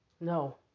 No